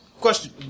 Question